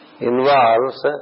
involves